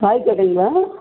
காய் கடைங்களா